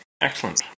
excellent